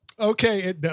Okay